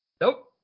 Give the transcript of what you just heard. Nope